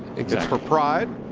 exactly. for pride.